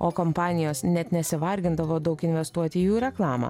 o kompanijos net nesivargindavo daug investuoti į jų reklamą